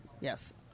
Yes